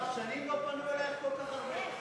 מירב, שנים לא פנו אלייך כל כך הרבה.